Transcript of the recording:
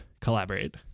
collaborate